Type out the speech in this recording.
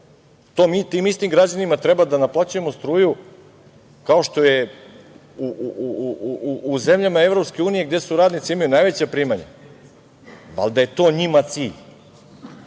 ratovi, tim istim građanima treba da naplaćujemo struju kao što je u zemljama EU gde radnici imaju najveća primanja. Valjda je to njima cilj